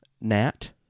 Nat